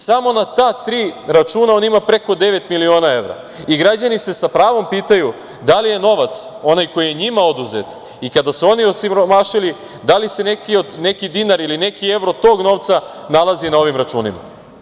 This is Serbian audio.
Samo na ta tri računa on ima preko devet miliona evra i građani se sa pravom pitaju da li je novac onaj koji je njima oduzet i kada su oni osiromašili, da li se neki dinar ili neki evro tog novca nalazi na ovim računima?